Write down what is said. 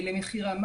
אני